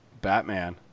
Batman